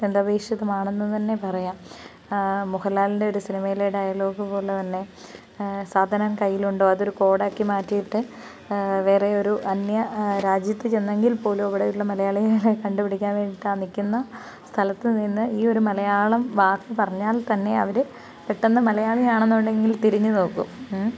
അത്യന്താപേക്ഷിതമാണെന്ന് തന്നെ പറയാം മോഹൻലാലിൻ്റെ ഒരു സിനിമയിലെ ഡയലോഗ് പോലെതന്നെ സാധനം കയ്യിലുണ്ടോ അതൊരു കോഡാക്കി മാറ്റിയിട്ട് വേറെയൊരു അന്യ രാജ്യത്ത് ചെന്നെങ്കിൽ പോലും അവിടെയുള്ള മലയാളികളെ കണ്ടുപിടിക്കാൻവേണ്ടി കാണിക്കുന്ന സ്ഥലത്ത് നിന്ന് ഈ ഒരു മലയാളം വാക്ക് പറഞ്ഞാൽ തന്നെ അവര് പെട്ടന്ന് മലയാളി ആണെന്നുണ്ടെകിൽ തിരിഞ്ഞ് നോക്കും